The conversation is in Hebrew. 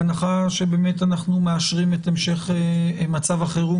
בהנחה שבאמת אנחנו מאשרים את המשך מצב החירום